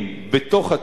בתוך התקציב,